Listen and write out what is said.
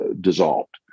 dissolved